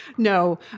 No